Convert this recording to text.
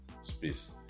space